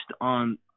on